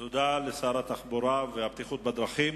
תודה לשר התחבורה והבטיחות בדרכים.